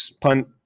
punt